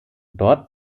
dort